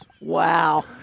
Wow